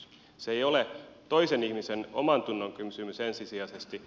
se ei ole toisen ihmisen omantunnonkysymys ensisijaisesti